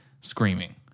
screaming